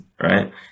right